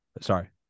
sorry